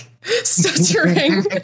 Stuttering